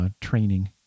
training